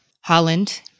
Holland